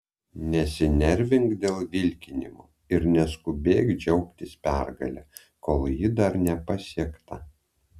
nesinervink dėl vilkinimo ir neskubėk džiaugtis pergale kol ji dar nepasiekta